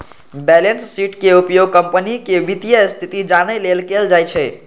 balance शीटक उपयोग कंपनीक वित्तीय स्थिति जानै लेल कैल जाइ छै